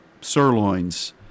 sirloins